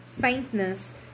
faintness